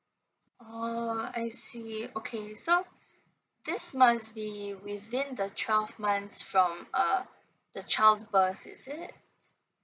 oh I see okay so this must be within the twelve months from uh the child's birth is it